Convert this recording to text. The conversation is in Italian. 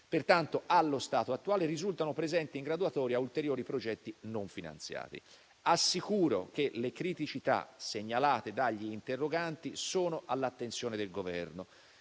Pertanto, allo stato attuale risultano presenti in graduatoria ulteriori progetti non finanziati. Assicuro che le criticità segnalate dagli interroganti sono all'attenzione del Governo.